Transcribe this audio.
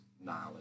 knowledge